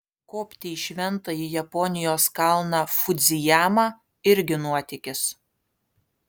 kopti į šventąjį japonijos kalną fudzijamą irgi nuotykis